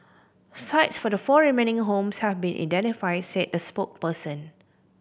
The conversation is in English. sites for the four remaining homes have been identified said the spokesperson